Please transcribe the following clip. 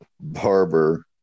Barber